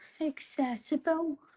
accessible